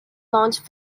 launch